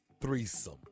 threesome